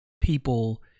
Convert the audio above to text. people